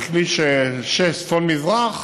וכביש 6 צפון-מזרח